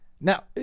Now